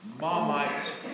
Marmite